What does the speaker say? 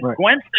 Gwen